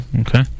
Okay